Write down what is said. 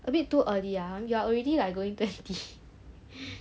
a bit too early ah you are already like going twenty